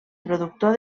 productor